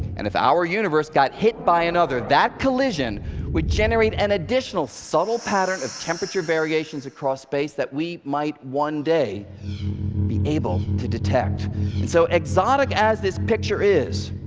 and if our universe got hit by another, that collision would generate an additional subtle pattern of temperature variations across space that we might one day be able to detect. and so exotic as this picture is,